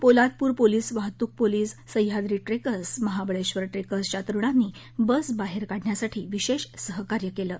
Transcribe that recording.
Poladpur police वाहतूक police Sahyadri trucks महावळच्चर ट्रक्सिच्या तरूणांनी बस बाहर काढण्यासाठी विशब्ध सहकार्य कलि